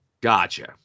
Gotcha